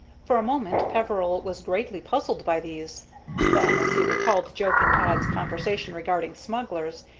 for a moment peveril was greatly puzzled by these then, as he recalled joe pintaud's conversation regarding smugglers,